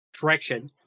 direction